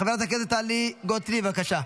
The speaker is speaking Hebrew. חברת הכנסת טלי גוטליב, בבקשה.